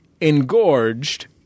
engorged